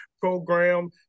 program